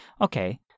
okay